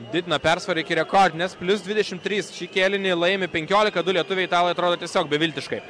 didina persvarą iki rekordinės plius dvidešimt trys šį kėlinį laimi penkiolika du lietuviai italai atrodo tiesiog beviltiškai